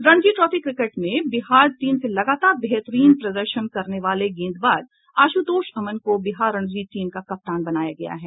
Ranji trophy cricket में Bihar team से लगातार बेहतरीन प्रदर्शन करने वाले गेंदबाज आशुतोष अमन को बिहार रणजी टीम का कप्तान बनाया गया है